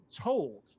told